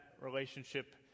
relationship